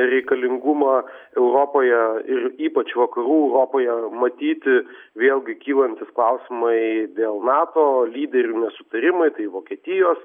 reikalingumą europoje ir ypač vakarų europoje matyti vėlgi kylantys klausimai dėl nato lyderių nesutarimai tai vokietijos